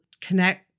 connect